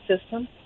system